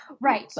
Right